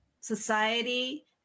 society